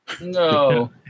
no